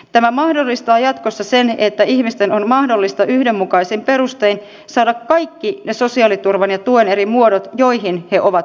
tämä mahdollistaa jatkossa sen että ihmisten on mahdollista yhdenmukaisin perustein saada kaikki ne sosiaaliturvan ja tuen eri muodot joihin he ovat oikeutettuja